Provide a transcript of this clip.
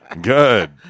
Good